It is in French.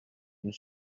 une